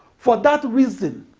for that reason,